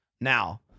Now